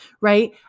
right